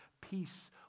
peace